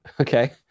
Okay